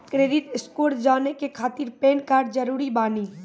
Credit score जाने के खातिर पैन कार्ड जरूरी बानी?